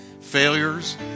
failures